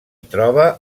troba